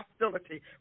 hostility